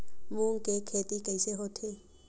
मूंग के खेती कइसे होथे?